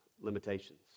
limitations